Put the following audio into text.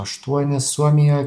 aštuonis suomijoj